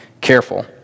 careful